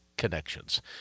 connections